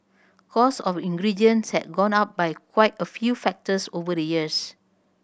cost of ingredients has gone up by quite a few factors over the years